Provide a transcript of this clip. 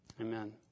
Amen